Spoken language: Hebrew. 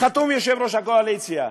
חתום יושב-ראש הקואליציה,